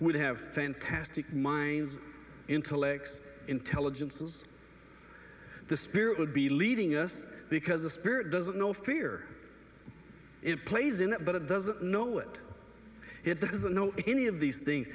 would have fantastic minds intellects intelligence is the spirit would be leading us because a spirit doesn't know fear it plays in it but it doesn't know it it doesn't know any of these things